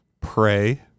pray